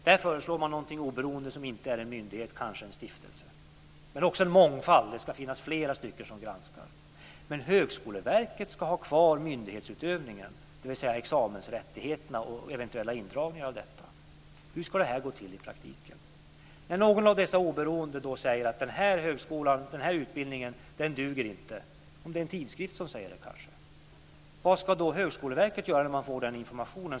Där föreslås någonting oberoende som inte är en myndighet, kanske en stiftelse, men det ska också finnas en mångfald - det ska vara flera som granskar. Högskoleverket ska dock ha kvar myndighetsutövningen, dvs. examensrättigheterna och eventuella indragningar. Hur ska det här gå till i praktiken? Om någon av dessa oberoende säger att en utbildning inte duger - kanske är det en tidskrift som säger det - vad ska då Högskoleverket göra när man får den informationen?